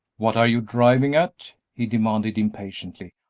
what are you driving at? he demanded, impatiently.